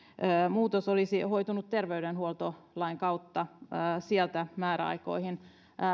muutos olisi hoitunut terveydenhuoltolain kautta sieltä määräaikoihin